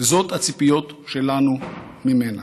אלה הציפיות שלנו ממנה.